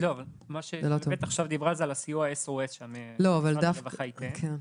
דיברה עכשיו על הסיוע SOS שמשרד הרווחה ייתן,